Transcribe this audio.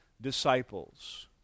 disciples